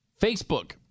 Facebook